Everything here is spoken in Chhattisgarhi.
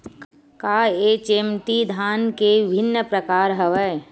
का एच.एम.टी धान के विभिन्र प्रकार हवय?